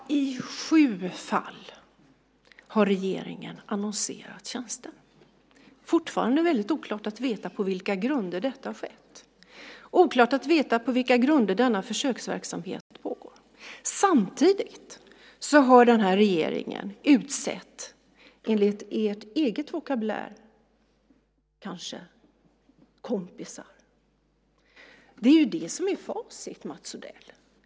Fru talman! I sju fall har regeringen annonserat tjänster. Det är fortfarande väldigt oklart på vilka grunder detta har skett. Det är oklart på vilka grunder denna försöksverksamhet pågår. Samtidigt har regeringen utsett, med er egen vokabulär, kompisar. Det är det som är facit, Mats Odell.